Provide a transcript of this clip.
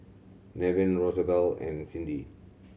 Nevin Rosabelle and Cindi